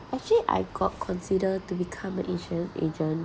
actually I got consider to become a insurance agent